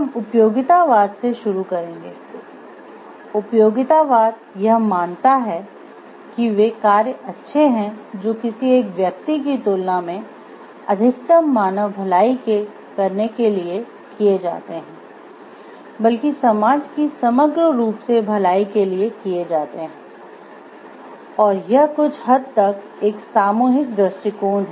हम उपयोगितावाद से शुरू करेंगे उपयोगितावाद यह मानता है कि वे कार्य अच्छे हैं जो किसी एक व्यक्ति की तुलना में अधिकतम मानव भलाई करने के लिए किये जाते है बल्कि समाज की समग्र रूप से भलाई के लिए किये जाते है और यह कुछ हद तक एक सामूहिक दृष्टिकोण है